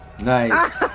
Nice